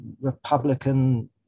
republican